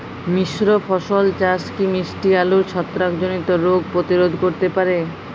মিশ্র ফসল চাষ কি মিষ্টি আলুর ছত্রাকজনিত রোগ প্রতিরোধ করতে পারে?